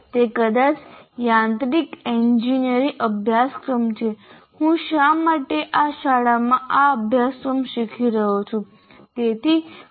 તે કદાચ યાંત્રિક ઇજનેરીનો અભ્યાસક્રમ છે હું શા માટે આ શાળામાં આ અભ્યાસક્રમ શીખી રહ્યો છું